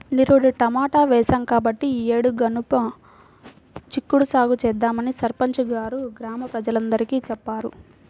నిరుడు టమాటా వేశాం కాబట్టి ఈ యేడు గనుపు చిక్కుడు సాగు చేద్దామని సర్పంచి గారు గ్రామ ప్రజలందరికీ చెప్పారు